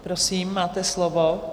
Prosím, máte slovo.